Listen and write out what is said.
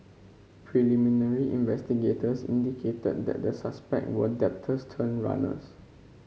preliminary investigators indicated that the suspect were debtors turned runners